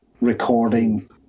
recording